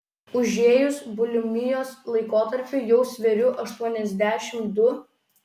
užėjus bulimijos laikotarpiui jau sveriu aštuoniasdešimt du